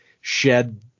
shed